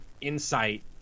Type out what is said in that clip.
insight